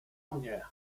mnie